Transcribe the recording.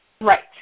Right